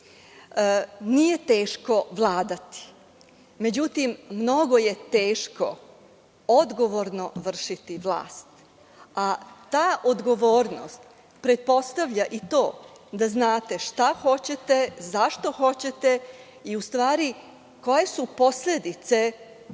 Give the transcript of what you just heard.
teško vladati, međutim, mnogo je teško odgovorno vršiti vlast, a ta odgovornost pretpostavlja i to da znate šta hoćete, zašto hoćete i koje su posledice tog